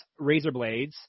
Razorblades